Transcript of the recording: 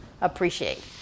appreciate